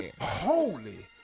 Holy